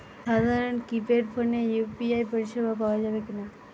সাধারণ কিপেড ফোনে ইউ.পি.আই পরিসেবা পাওয়া যাবে কিনা?